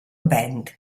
band